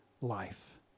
life